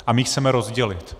A my ji chceme rozdělit.